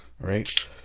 right